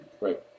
Right